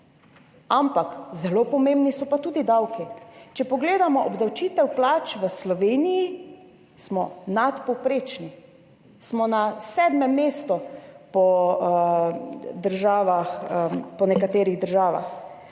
ampak zelo pomembni so pa tudi davki. Če pogledamo obdavčitev plač v Sloveniji, smo nadpovprečni, smo na sedmem mestu med nekaterimi državami.